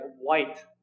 white